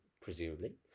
presumably